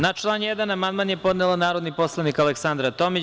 Na član 1. amandman je podnela narodni poslanik Aleksandra Tomić.